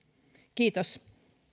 kiitos